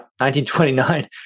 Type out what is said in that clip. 1929